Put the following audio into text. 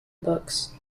books